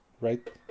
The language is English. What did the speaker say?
right